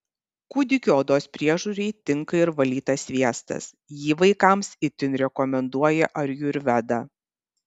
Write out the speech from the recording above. kūdikių odos priežiūrai tinka ir valytas sviestas jį vaikams itin rekomenduoja ajurveda